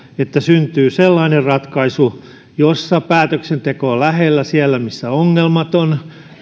pitää syntyä sellainen ratkaisu jossa päätöksenteko on lähellä siellä missä ongelmat